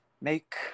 make